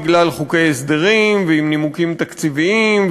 בגלל חוקי הסדרים ועם נימוקים תקציביים,